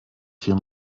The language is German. vier